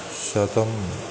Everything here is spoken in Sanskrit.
शतम्